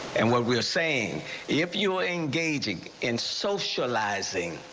and what we're saying if you engaging in socializing.